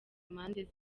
mpande